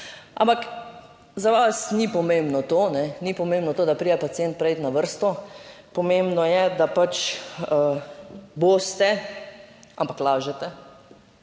pomembno to, ni pomembno to, da pride pacient prej na vrsto, pomembno je, da pač boste, ampak lažete,